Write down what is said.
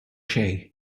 xejn